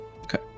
okay